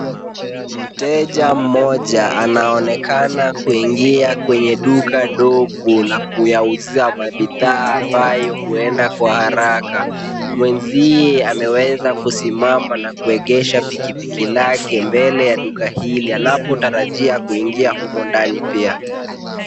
Mteja mmoja anaonekana kuingia kwenye duka ndogo na kuyauza mabidhaa ambaye huenda kwa haraka. Mwenziwe ameweza kusimama na kuegesha pikipiki lake mbele ya duka hili, anapotarajia kuingia humo ndani pia.